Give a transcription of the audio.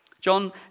John